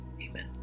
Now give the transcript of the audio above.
Amen